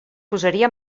posaria